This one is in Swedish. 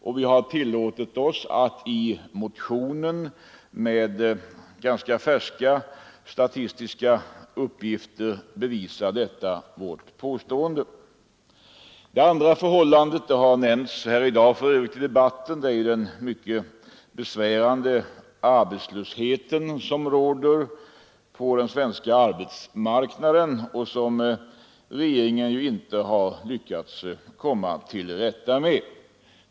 Vi har i motionen tillåtit oss att med ganska färska statistiska uppgifter bevisa detta vårt påstående. Det andra förhållandet — det har för övrigt nämnts i debatten här i dag — är den mycket besvärande arbetslöshet som råder på den svenska arbetsmarknaden och som regeringen inte har lyckats komma till rätta med.